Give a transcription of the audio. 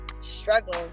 struggle